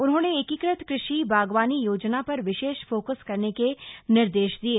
उन्होंने एकीकृत कृषि बागवानी योजना पर विशेष फोकस करने के निर्देश दिये